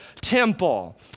temple